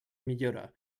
millora